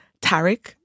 Tarek